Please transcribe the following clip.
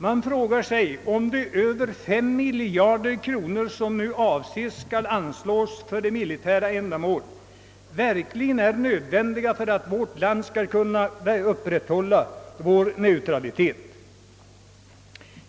Man frågar sig om de mer än 5 miljarder kronor, som enligt statsverkspropositionen skall anslås för militära ändamål, verkligen är nödvändiga för att vi skall kunna upprätthålla vår neutralitet.